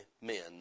men